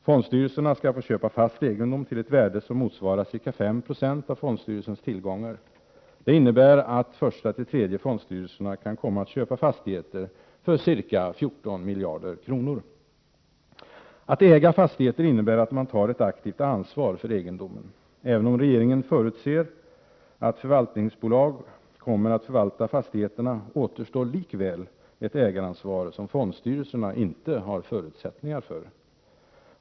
Fondstyrelserna skall få köpa fast egendom till ett värde som motsvarar ca 5 90 av fondstyrelsernas tillgångar. Det innebär att första-tredje fondstyrelserna kan komma att köpa fastigheter för ca 14 miljarder kronor. Att äga fastigheter innebär att man tar ett aktivt ansvar för egendomen. Även om regeringen förutser att förvaltningsbolag kommer att förvalta fastigheterna, återstår likväl ett ägaransvar som fondstyrelserna inte har förutsättningar för.